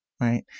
right